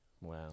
Wow